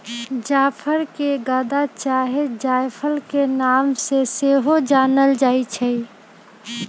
जाफर के गदा चाहे जायफल के नाम से सेहो जानल जाइ छइ